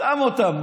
שם אותם.